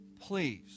please